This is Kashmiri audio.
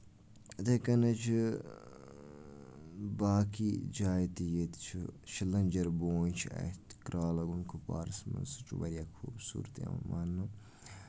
یِتھٕے کَنتھ چھُ باقٕے جایہِ تہِ ییٚتہِ چھُ شلنجر بوٗنۍ چھِ آتہِ کرالہ ونڈ کوپوارَس منٛز سُہ چھُ واریاہ خۄبصوٗرت یِوان ماننہٕ